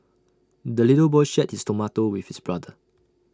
the little boy shared his tomato with his brother